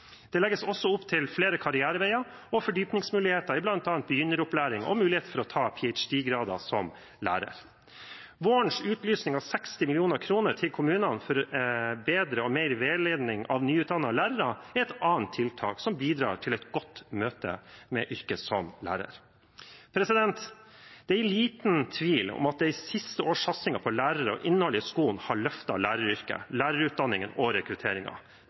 Det legges også opp til flere karriereveier og fordypningsmuligheter i bl.a. begynneropplæring og muligheter for å ta ph.d.-grader som lærer. Vårens utlysning av 60 mill. kr til kommunene for bedre og mer veiledning av nyutdannede lærere er et annet tiltak som bidrar til et godt møte med yrket som lærer. Det er liten tvil om at de siste års satsinger på lærere og innhold i skolen har løftet læreryrket, lærerutdanningen og